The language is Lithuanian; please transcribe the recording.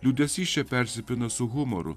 liūdesys čia persipina su humoru